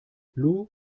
lou